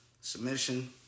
submission